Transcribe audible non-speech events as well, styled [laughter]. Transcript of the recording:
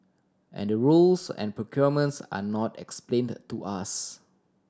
and the rules and [unintelligible] are not explained to us